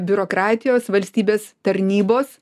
biurokratijos valstybės tarnybos